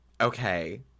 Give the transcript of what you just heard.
okay